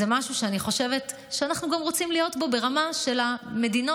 זה משהו שאני חושבת שאנחנו גם רוצים להיות בו ברמה של המדינות,